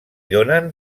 donen